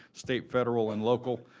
state, federal, and local.